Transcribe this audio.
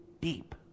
deep